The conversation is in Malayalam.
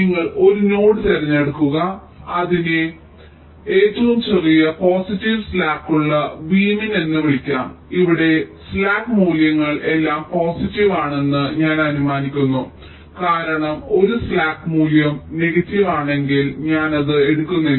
നിങ്ങൾ ഒരു നോഡ് തിരഞ്ഞെടുക്കുക അതിനെ ഏറ്റവും ചെറിയ പോസിറ്റീവ് സ്ലാക്ക് ഉള്ള v min എന്ന് വിളിക്കാം ഇവിടെ സ്ലാക്ക് മൂല്യങ്ങൾ എല്ലാം പോസിറ്റീവ് ആണെന്ന് ഞാൻ അനുമാനിക്കുന്നു കാരണം ഒരു സ്ലാക്ക് മൂല്യം നെഗറ്റീവ് ആണെങ്കിൽ ഞാൻ അത് എടുക്കുന്നില്ല